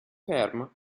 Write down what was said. ferm